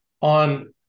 on